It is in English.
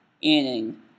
inning